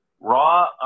raw